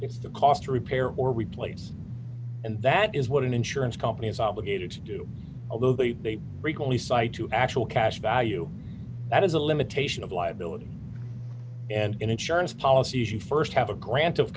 it's the cost to repair or replace and that is what an insurance company is obligated to do although they frequently cite to actual cash value that is a limitation of liability and in insurance policies you st have a grant of